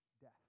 death